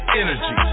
energy